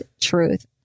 truth